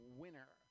winner